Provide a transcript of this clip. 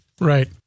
Right